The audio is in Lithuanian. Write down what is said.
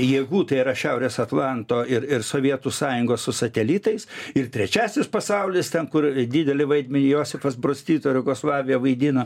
jėgų tai yra šiaurės atlanto ir ir sovietų sąjungos su satelitais ir trečiasis pasaulis ten kur didelį vaidmenį josifas brostito ir jugoslavija vaidino